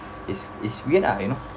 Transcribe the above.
it's it's weird lah you know